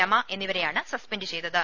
രമ എന്നിവരെയാണ് സസ്പെൻഡ് ചെയ്തത്